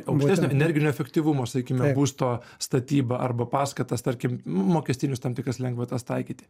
aukštesnio energinio efektyvumo sakykime būsto statybą arba paskatas tarkim nu mokestinius tam tikras lengvatas taikyti